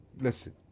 Listen